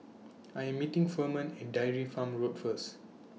I Am meeting Furman At Dairy Farm Road First